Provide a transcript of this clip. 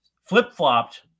flip-flopped